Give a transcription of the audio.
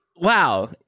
Wow